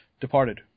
departed